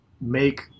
make